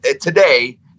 today